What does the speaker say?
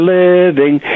living